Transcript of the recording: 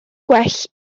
gwell